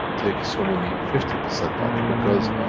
take so many, fifty percent off. because,